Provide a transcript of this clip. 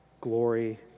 glory